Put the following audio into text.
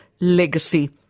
legacy